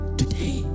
today